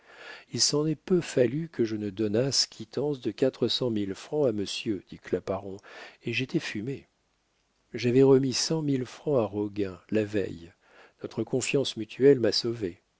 il s'en est peu fallu que je ne donnasse quittance de quatre cent mille francs à monsieur dit claparon et j'étais fumé j'avais remis cent mille francs à roguin la veille notre confiance mutuelle m'a sauvé